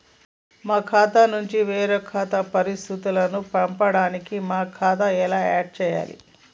మా ఖాతా నుంచి వేరొక ఖాతాకు పరిస్థితులను పంపడానికి మా ఖాతా ఎలా ఆడ్ చేయాలి?